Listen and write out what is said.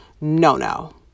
no-no